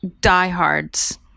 diehards